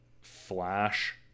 Flash